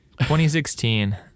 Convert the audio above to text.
2016